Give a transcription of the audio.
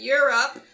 Europe